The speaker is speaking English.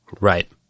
Right